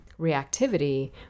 reactivity